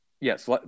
yes